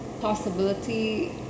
possibility